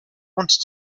wanted